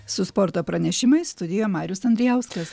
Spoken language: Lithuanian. su sporto pranešimais studijoje marius andrijauskas